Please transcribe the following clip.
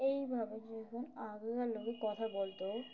এইভাবে যখন আগেকার লোকে কথা বলতো